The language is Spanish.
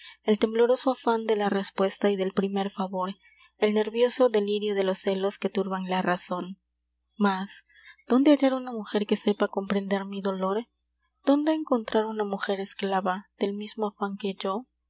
el tembloroso afan de la respuesta y del primer favor el nervioso delirio de los celos que turba la razon mas dónde hallar una mujer que sepa comprender mi dolor dónde encontrar una mujer esclava del mismo afan que yo